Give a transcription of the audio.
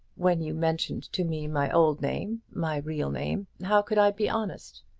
when you mentioned to me my old name, my real name, how could i be honest?